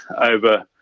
over